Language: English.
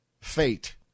fate